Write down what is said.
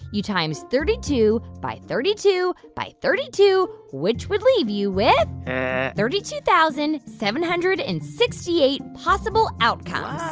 you times thirty two by thirty two by thirty two, which would leave you with thirty two thousand seven hundred and sixty eight possible outcomes.